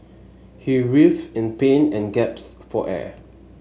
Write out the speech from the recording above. he writhed in pain and gasped for air